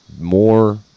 more